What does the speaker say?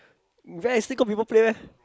where still got people play meh